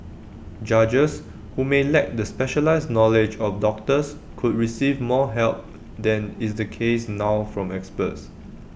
judges who may lack the specialised knowledge of doctors could receive more help than is the case now from experts